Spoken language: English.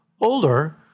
older